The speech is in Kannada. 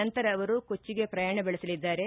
ನಂತರ ಅವರು ಕೊಚ್ಚಿಗೆ ಪ್ರಯಾಣ ಬೆಳೆಸಲಿದ್ದಾರೆ